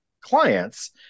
clients –